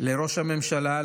לראש הממשלה,